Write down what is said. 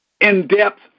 in-depth